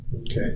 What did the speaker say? Okay